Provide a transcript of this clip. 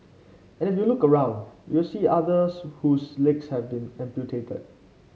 and if you look around you will see others whose legs have been amputated